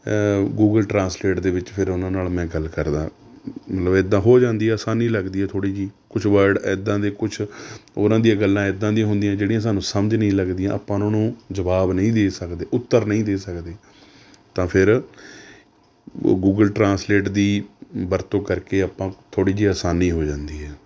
Google translate ਦੇ ਵਿੱਚ ਫੇਰ ਉਨ੍ਹਾਂ ਨਾਲ ਮੈਂ ਗੱਲ ਕਰਦਾ ਮਤਲਬ ਇੱਦਾਂ ਹੋ ਜਾਂਦੀ ਅਸਾਨੀ ਲੱਗਦੀ ਹੈ ਥੋੜ੍ਹੀ ਜਿਹੀ ਕੁਛ ਵਰਡ ਇੱਦਾਂ ਦੇ ਕੁਛ ਉਹਨਾਂ ਦੀਆਂ ਗੱਲਾਂ ਇੱਦਾਂ ਦੀਆਂ ਹੁੰਦੀਆਂ ਜਿਹੜੀਆਂ ਸਾਨੂੰ ਸਮਝ ਨਹੀਂ ਲੱਗਦੀਆਂ ਆਪਾਂ ਉਹਨਾਂ ਨੂੰ ਜਵਾਬ ਨਹੀਂ ਦੇ ਸਕਦੇ ਉੱਤਰ ਨਹੀਂ ਦੇ ਸਕਦੇ ਤਾਂ ਫਿਰ ਉਹ ਗੂਗਲ ਟਰਾਂਸਲੇਟ ਦੀ ਵਰਤੋਂ ਕਰਕੇ ਆਪਾਂ ਥੋੜ੍ਹੀ ਜਿਹੀ ਆਸਾਨੀ ਹੋ ਜਾਂਦੀ ਹੈ